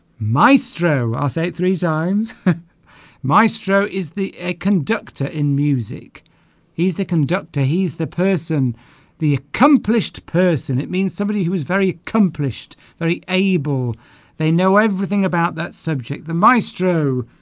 maestro i'll say three zaimes maestro is the a conductor in music he's the conductor he's the person the accomplished person it means somebody who was very accomplished very able they know everything about that subject the maestro